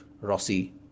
Rossi